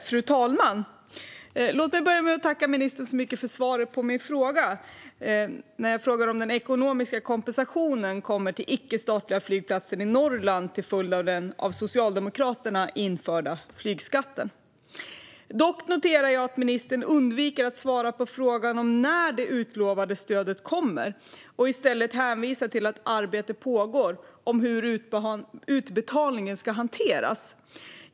Fru talman! Låt mig börja med att tacka ministern så mycket för svaret på min fråga om när den ekonomiska kompensationen kommer till icke-statliga flygplatser i Norrland till följd av den av Socialdemokraterna införda flygskatten. Dock noterar jag att ministern undviker att svara på frågan om när det utlovade stödet kommer och i stället hänvisar till att ett arbete pågår om hur utbetalningen ska hanteras.